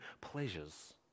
pleasures